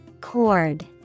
Cord